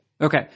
Okay